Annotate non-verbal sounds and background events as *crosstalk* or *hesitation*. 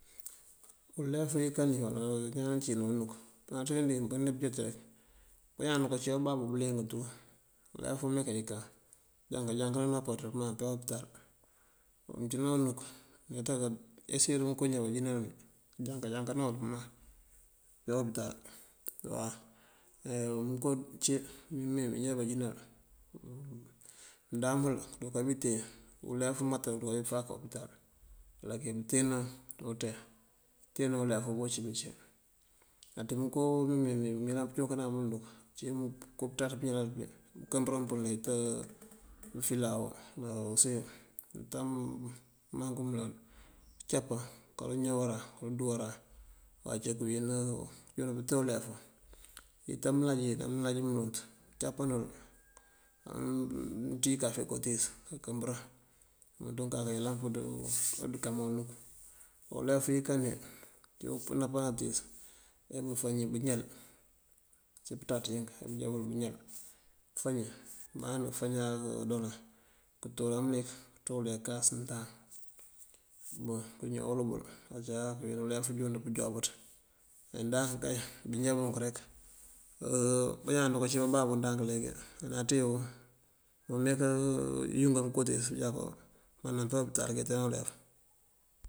Ulef uyënkan uwí uwala iñaan círi dí unuk, máanţi uwín káamob káancí cintëna, bañaan aruba cí bábabú bëliyëng tú. Ulef uwáma kayënkan këëmaŋ keeñaŋ námpaţ këëmaŋ keyá opital. *hesitation* Mëënţíjëna unuk *hesitation* ke eseeyir bëënko banjínal wí bañaan këënjank këënjankanor këyá opital. Kënko cí mímeemí já banjínal mëëndáan bël duka bí teen ulef mantaţ këyá bëfá opital. Láankuntena kunten kuntena ulef bí wí cíbí. Lati mënko mímeemí ayëlan pëëncúunkan umundu ací bëënko pëţaţ pëñalal pí kënkëmbërin dí ito bí filoyo *hesitation* use ito mëmangú mëëlont këëncápaŋ kooñawaran koodúuwaran, acá këëwín kúunte ulef. Ito mëëlaj mí dí mëëlaj mëëlont këëncápaŋ yël, amëënţíj kafe koontíis këënkëmbërin umënţun aká ayëlan bëţ kákaman unuk. Olef uyënkan uwí, cunk nampaţ nantíis, ajá bëfañ bëñal ací pëţaţ ink ajá búujápil bëñal, këëfañ má bafañaa bëëndolan këëntolan mëlik këënţúl dí kákas nëëndáan. Boŋ këñawël bël acá këwín ulef jundí pëënjúuwáabëţ. Me ndank kay bí já bunk rek, *hesitation* bañaan aruka cí bábabú leegi nánaţe ulef *hesitation* iyankan kotíis ajáaka tëmpáadu wël opital këëntenul ulef.